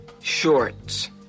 shorts